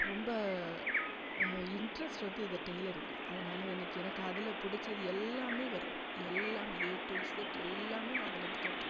ரொம்ப இன்ட்ரஸ்ட் வந்து இந்த டெய்லரிங் தான் அதனால் எனக்கு எனக்கு அதில் பிடிச்சது எல்லாம் வரும் எல்லா ஏ டு இஸட் எல்லாம் நான் அதிலேருந்து கற்றுக்குவேன்